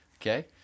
Okay